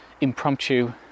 impromptu